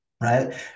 right